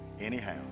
anyhow